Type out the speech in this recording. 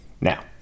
Now